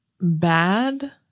Bad